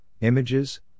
images